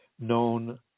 known